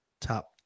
top